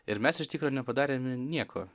ir mes iš tikro nepadarėme nieko